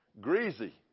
greasy